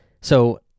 So-